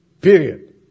Period